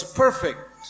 perfect